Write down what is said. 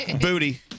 Booty